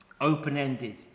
open-ended